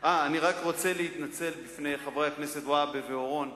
אני רוצה ללכת אתך.